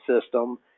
system